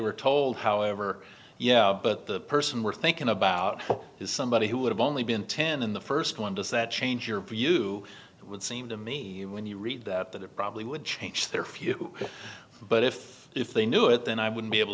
were told however yeah but the person we're thinking about is somebody who would have only been ten in the first one does that change your view it would seem to me when you read that that it probably would change their few but if if they knew it then i would be able